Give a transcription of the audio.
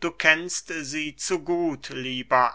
du kennst sie zu gut lieber